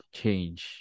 change